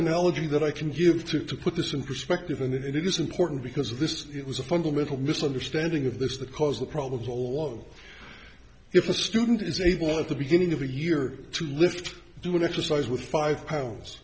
analogy that i can give to to put this in perspective and it is important because of this it was a fundamental misunderstanding of this the cause the problems all along if a student is able at the beginning of a year to lift do an exercise with five pounds